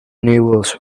nibbles